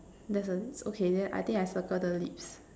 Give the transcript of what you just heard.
there isn't okay then I think I circle the lips